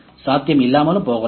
சாத்தியம் இல்லாமலும் போகலாம்